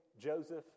Joseph